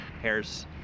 hair's